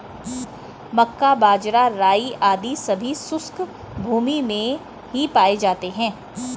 मक्का, बाजरा, राई आदि सभी शुष्क भूमी में ही पाए जाते हैं